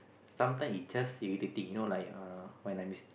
sometime it just irritating you know like err when I